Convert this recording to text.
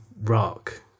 rock